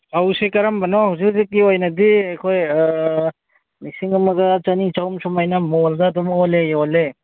ꯐꯧꯁꯤ ꯀꯔꯝꯕꯅꯣ ꯍꯧꯖꯤꯛ ꯍꯧꯖꯤꯛꯀꯤ ꯑꯣꯏꯅꯗꯤ ꯑꯩꯈꯣꯏ ꯂꯤꯁꯤꯡ ꯑꯃꯒ ꯆꯅꯤ ꯆꯍꯨꯝ ꯁꯨꯃꯥꯏꯅ ꯃꯣꯟꯗ ꯑꯗꯨꯝ ꯑꯣꯜꯂꯦ ꯌꯣꯜꯂꯦ